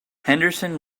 henderson